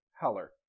Heller